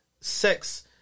sex